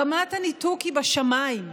רמת הניתוק היא בשמיים.